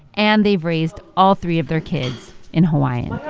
and they've raised all three of their kids in hawaiian